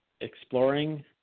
exploring